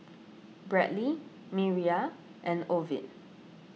Bradley Miriah and Ovid